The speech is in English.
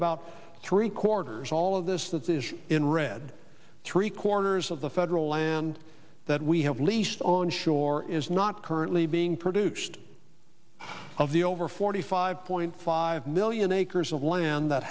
about three quarters all of this that this in red three quarters of the federal land that we have leased on shore is not only being produced of the over forty five point five million acres of land that